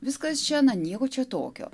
viskas čia na nieko čia tokio